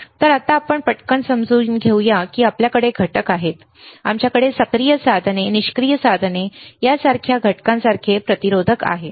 तर आत्ता आपण पटकन समजून घेऊया की आपल्याकडे घटक आहेत आमच्याकडे सक्रिय साधने निष्क्रिय उपकरणे सारख्या घटकांसारखे प्रतिरोधक आहेत